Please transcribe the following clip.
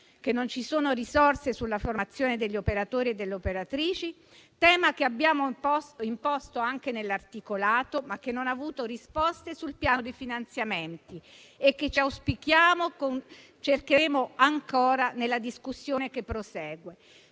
che non ci sono risorse sulla formazione degli operatori e delle operatrici, tema che abbiamo imposto anche nell'articolato, ma che non ha avuto risposte sul piano dei finanziamenti e che auspichiamo di poter toccare ancora nel prosieguo